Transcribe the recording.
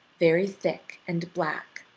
very thick and black,